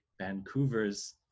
Vancouver's